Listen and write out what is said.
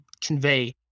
convey